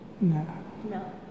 No